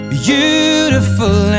beautiful